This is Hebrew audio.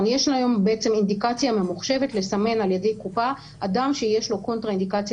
יש היום אינדיקציה ממוחשבת לסמן על ידי הקופה אדם שיש לו קונטרה אינדיקציה